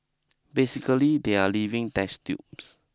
basically they are living test tubes